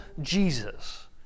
Jesus